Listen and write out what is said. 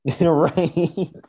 Right